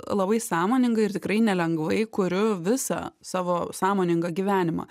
labai sąmoningai ir tikrai nelengvai kuriu visą savo sąmoningą gyvenimą